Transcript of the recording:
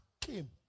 came